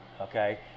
okay